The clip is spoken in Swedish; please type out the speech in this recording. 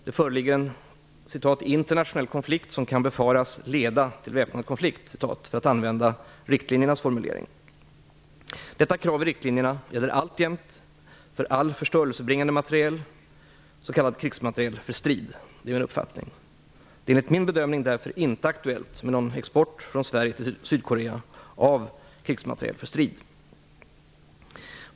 Det föreligger en "internationell konflikt som kan befaras leda till väpnad konflikt", för att använda riktlinjernas formulering. Detta krav i riktlinjerna gäller alltjämt för all förstörelsebringande materiel, s.k. krigsmateriel för strid. Det är enligt min bedömning därför inte aktuellt med någon export från Sverige till Sydkorea av krigsmateriel för strid.